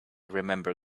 remember